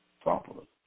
properly